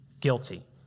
guilty